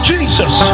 Jesus